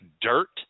dirt